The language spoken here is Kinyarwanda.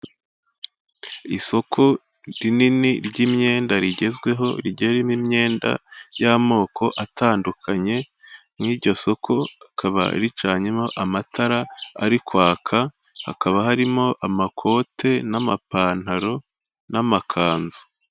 Isoko rinini ry'imyenda rigezweho rigeraririmo imyenda y'amoko atandukanye, mw'iryo soko akaba ricyemo amatara ari kwaka hakaba harimo amakote n'amapantaro n'amakanzu.